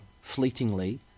fleetingly